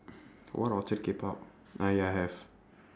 what orchard Kpop ah ya have